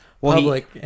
public